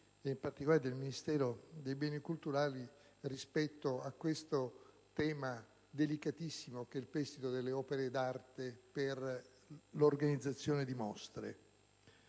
in particolare del Ministero per i beni culturali rispetto al tema delicatissimo del prestito delle opere d'arte per l'organizzazione di mostre.